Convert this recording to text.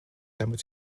damit